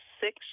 six